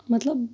مطلب